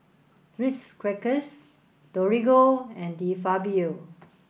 Ritz Crackers Torigo and De Fabio